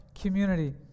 community